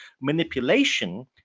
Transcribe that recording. Manipulation